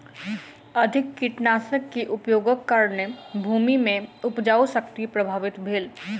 अधिक कीटनाशक के उपयोगक कारणेँ भूमि के उपजाऊ शक्ति प्रभावित भेल